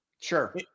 Sure